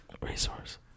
Resource